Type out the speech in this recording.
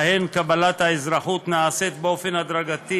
שבהן קבלת האזרחות נעשית באופן הדרגתי